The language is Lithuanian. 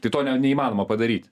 tai to net neįmanoma padaryti